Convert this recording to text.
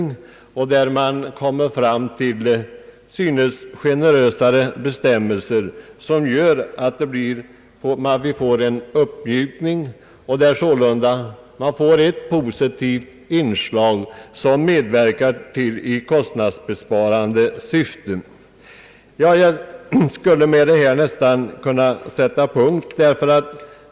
Jag hoppas att man skall komma fram till bestämmelser som innebär en uppmjukning. Det skulle bli ett positivt inslag i strävandena till kostnadsbesparingar. Med detta kan jag sätta punkt.